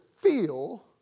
feel